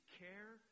care